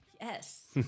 yes